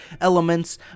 elements